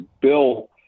Bill